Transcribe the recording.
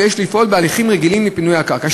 ויש לפעול בהליכים רגילים לפינוי הקרקע.